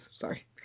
Sorry